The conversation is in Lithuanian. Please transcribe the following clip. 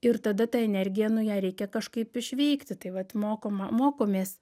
ir tada ta energija nu ją reikia kažkaip išvykti tai vat mokoma mokomės